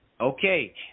okay